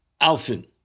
Alfin